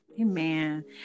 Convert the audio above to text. Amen